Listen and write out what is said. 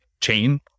chain